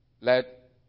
Let